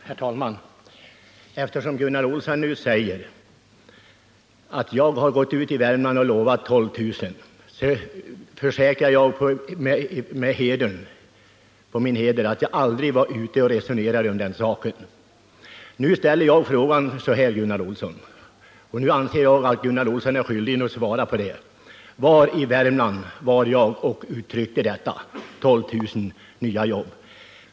Herr talman! Eftersom Gunnar Olsson nu säger att jag har gått ut i Värmland och lovat 12 000 nya jobb försäkrar jag på min heder att jag aldrig varit ute på någon plats och resonerat om den saken. Nu ställer jag frågan så här, Gunnar Olsson, och jag anser att Gunnar Olsson är skyldig att svara: Var i Värmland var jag och uttryckte detta om 12 000 nya jobb?